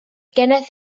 geneth